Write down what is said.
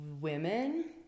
women